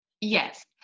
Yes